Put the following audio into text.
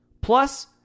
Plus